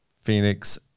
Phoenix